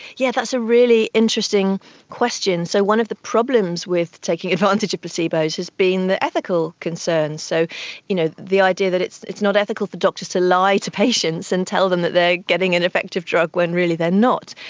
yeah that's a really interesting question. so one of the problems with taking advantage of placebos has been the ethical concerns. so you know the idea that it's it's not ethical for doctors to lie to patients and tell them that they are getting an effective drug when really they are not.